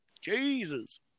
jesus